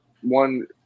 one